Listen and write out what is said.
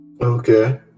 Okay